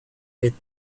with